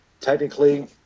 technically